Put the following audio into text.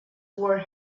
were